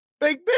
Big